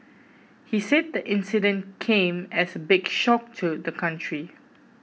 he said the incident came as a big shock to the country